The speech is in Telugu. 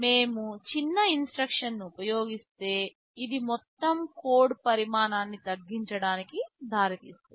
మేము చిన్న ఇన్స్ట్రక్షన్లను ఉపయోగిస్తే ఇది మొత్తం కోడ్ పరిమాణాన్ని తగ్గించడానికి దారితీస్తుంది